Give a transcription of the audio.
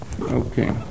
Okay